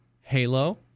Halo